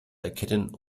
erkennen